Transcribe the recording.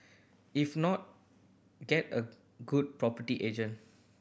if not get a good property agent